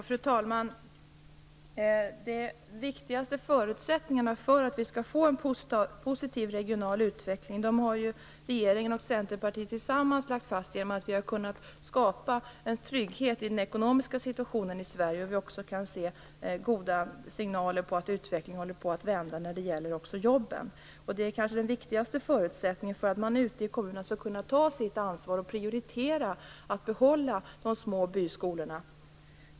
Fru talman! De viktigaste förutsättningarna för att vi skall få en positiv regional utveckling har ju regeringen och Centerpartiet tillsammans lagt fast genom att vi har kunnat skapa en trygghet i den ekonomiska situationen i Sverige. Vi kan också se goda signaler om att utvecklingen håller på att vända när det gäller jobben. Det är kanske den viktigaste förutsättningen för att man ute i kommunerna skall kunna ta sitt ansvar och prioritera att behålla de små byskolorna.